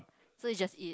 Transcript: so it's just it